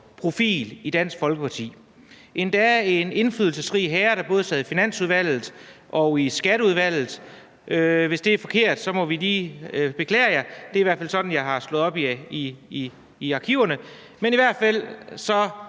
profil i Dansk Folkeparti. Han var en indflydelsesrig herre, der både sad i Finansudvalget og i Skatteudvalget. Hvis det er forkert, beklager jeg, men det var i hvert fald det, jeg kunne slå op i arkiverne. I hvert fald